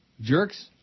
Jerks